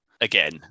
again